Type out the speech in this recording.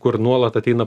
kur nuolat ateina